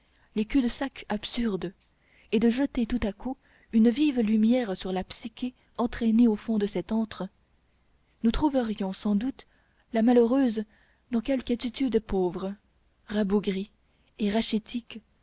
obscurs les culs-de-sac absurdes et de jeter tout à coup une vive lumière sur la psyché enchaînée au fond de cet antre nous trouverions sans doute la malheureuse dans quelque attitude pauvre rabougrie et rachitique